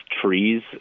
trees